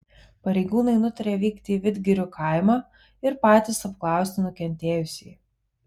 pareigūnai nutarė vykti į vidgirių kaimą ir patys apklausti nukentėjusįjį